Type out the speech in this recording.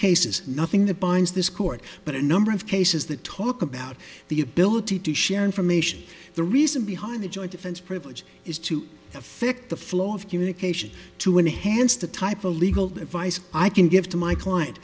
cases nothing that binds this court but a number of cases that talk about the ability to share information the reason behind the joint defense privilege is to affect the flow of communication to enhance the type of legal advice i can give to my client